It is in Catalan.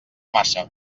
massa